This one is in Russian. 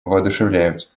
воодушевляют